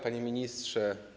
Panie Ministrze!